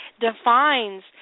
defines